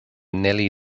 nellie